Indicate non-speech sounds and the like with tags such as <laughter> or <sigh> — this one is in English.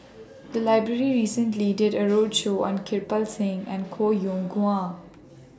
<noise> The Library recently did A roadshow on Kirpal Singh and Koh Yong Guan